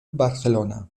barcelona